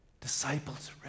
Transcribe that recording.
disciples